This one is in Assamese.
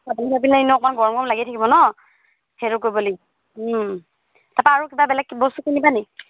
এনেও অকণ গৰম গৰম লাগিয়ে থাকিব নহ্ সেইটো কৰিব লাগিব তাৰপৰা আৰু কিবা বেলেগ বস্তু কিনিবানি